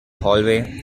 hallway